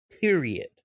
period